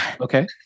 Okay